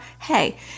Hey